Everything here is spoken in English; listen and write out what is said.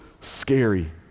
scary